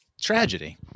Tragedy